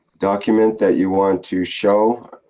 document that you want to show.